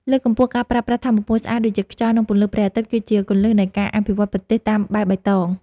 លើកកម្ពស់ការប្រើប្រាស់ថាមពលស្អាតដូចជាខ្យល់ និង ពន្លឺព្រះអាទិត្យគឺជាគន្លឹះនៃការអភិវឌ្ឍប្រទេសតាមបែបបៃតង។